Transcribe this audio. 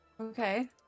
Okay